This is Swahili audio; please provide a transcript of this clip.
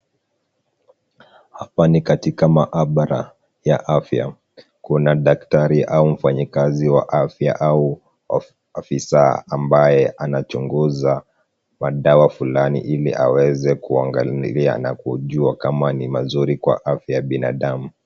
Hapa ni katika maabara ya afya. Kuna daktari au mfanyakazi wa afya au afisa ambaye anachunguza madawa fulani ili aweza kuangalia na kujua kama ni mazuri kwa afya ya binadamu.